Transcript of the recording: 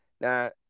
Now